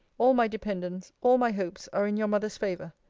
all my dependence, all my hopes, are in your mother's favour.